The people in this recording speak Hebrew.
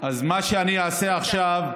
מה שאני אעשה עכשיו,